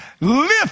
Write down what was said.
lift